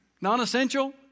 Non-essential